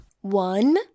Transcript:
One